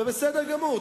זה בסדר גמור,